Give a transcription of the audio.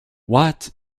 what